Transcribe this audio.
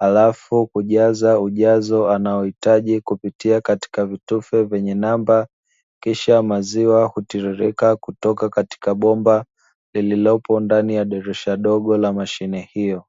halafu kujaza ujazo anaohitaji kupitia katika vitufe vyenye namba, kisha maziwa hutiririka kutoka katika bomba lililopo ndani ya dirisha dogo la mashine hiyo.